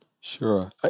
Sure